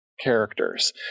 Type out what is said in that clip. characters